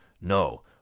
no